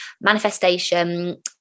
manifestation